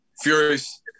furious